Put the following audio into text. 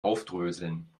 aufdröseln